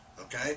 okay